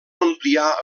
ampliar